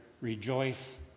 rejoice